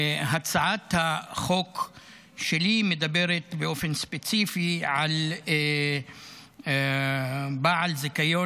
הצעת החוק שלי מדברת באופן ספציפי על "בעל זיכיון